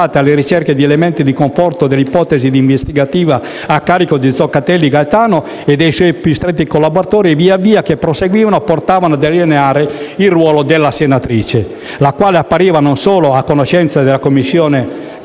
alla ricerca di elementi di conforto all'ipotesi investigativa a carico di Zoccatelli Gaetano e dei suoi più stretti collaboratori, via via che proseguivano, portavano a delineare il ruolo della Senatrice», la quale appariva non solo a conoscenza della commistione